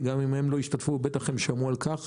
גם אם הם לא השתתפו אולי הם שמעו על כך,